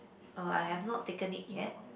uh I have not taken it yet